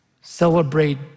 celebrate